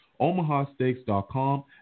omahasteaks.com